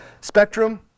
Spectrum